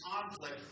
conflict